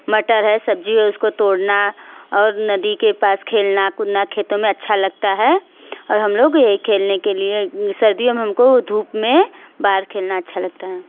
मटर है सब्ज़ी है उसको तोड़ना और नदी के पास खेलना कूदना खेतों में अच्छा लगता है और हम लोग ये खेलने के लिए सर्दियों में हमको धूप में बाहर खेलना अच्छा लगता है